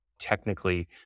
technically